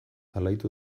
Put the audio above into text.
alaitu